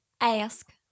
ask